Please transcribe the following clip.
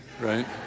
right